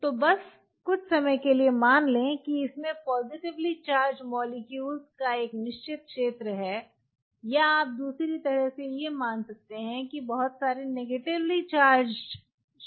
तो बस कुछ समय के लिए मान लें कि इसमें पॉजिटिवली चार्ज मॉलिक्यूल का एक निश्चित क्षेत्र है या आप दूसरी तरह से यह मान सकते हैं कि बहुत सारे नेगेटिव चार्ज के क्षेत्र हैं